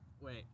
Wait